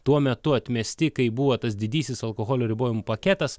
tuo metu atmesti kai buvo tas didysis alkoholio ribojimų paketas